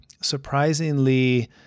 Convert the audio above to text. surprisingly